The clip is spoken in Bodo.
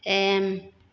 एम